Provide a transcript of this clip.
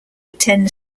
attend